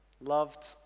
loved